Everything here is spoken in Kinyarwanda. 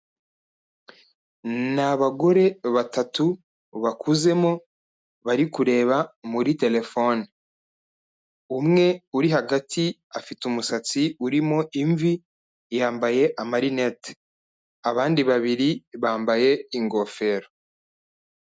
Ni abagore batatu bakuzemo bari kureba muri terefone, umwe uri hagati afite umusatsi urimo imvi yambaye amarinete abandi babiri bambaye ingofero.